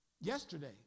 yesterday